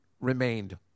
remained